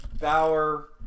Bauer